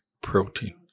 protein